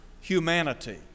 humanity